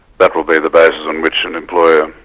that will be the basis on which an employer,